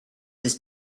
his